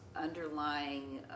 underlying